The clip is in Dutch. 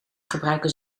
gebruiken